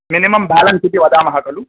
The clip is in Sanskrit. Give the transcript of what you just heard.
मिनिमं बेलेन्स् इति वदामः खलु